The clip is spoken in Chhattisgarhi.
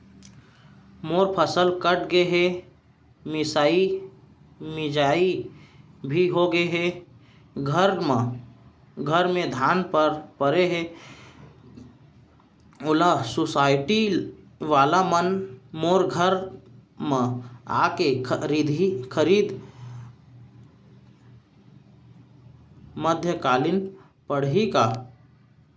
मोर फसल कट गे हे, मिंजाई हो गे हे, घर में धान परे हे, ओला सुसायटी वाला मन मोर घर म आके खरीद मध्यकालीन पड़ही का?